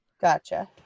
gotcha